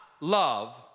love